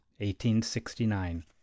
1869